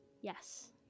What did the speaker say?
Yes